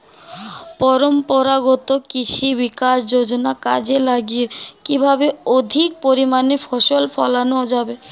পরম্পরাগত কৃষি বিকাশ যোজনা কাজে লাগিয়ে কিভাবে অধিক পরিমাণে ফসল ফলানো যাবে?